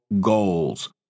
goals